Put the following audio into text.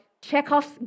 Chekhov's